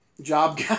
job